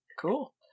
Cool